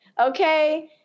Okay